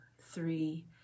three